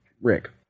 Rick